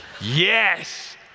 Yes